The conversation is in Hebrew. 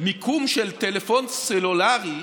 מיקום של טלפון סלולרי,